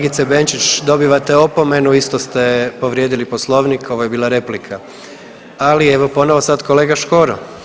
Kolegice Benčić dobivate opomenu, isto ste povrijedili Poslovnik, ovo je bila replika, ali evo ponovo sad kolega Škoro.